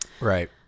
Right